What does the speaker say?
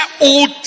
old